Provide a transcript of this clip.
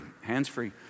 hands-free